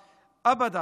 לעולם,